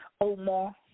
Omar